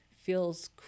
feels